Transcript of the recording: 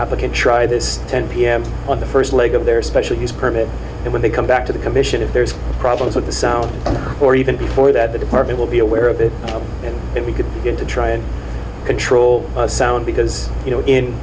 applicant try this ten pm on the first leg of their special he's permit and when they come back to the commission if there's problems with the sound or even before that the departed will be aware of it and if we could begin to try and control the sound because you know in